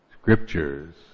scriptures